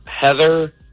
Heather